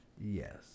Yes